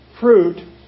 fruit